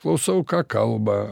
klausau ką kalba